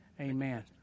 Amen